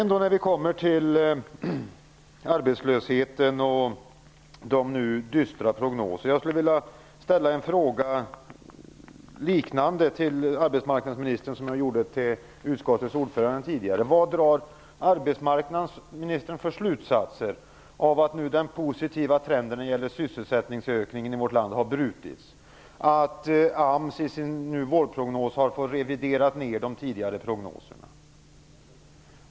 När vi sedan kommer över till arbetslösheten och de dystra prognoserna vill jag ställa en fråga till arbetsmarknadsministern, liknande den jag tidigare ställde till utskottets ordförande. Vad drar arbetsmarknadsministern för slutsatser av att den positiva trenden när det gäller sysselsättningen i vårt land nu har brutits och AMS i sin vårprognos har fått revidera de tidigare prognoserna?